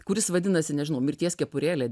kuris vadinasi nežinau mirties kepurėlė